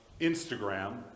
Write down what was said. instagram